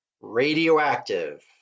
radioactive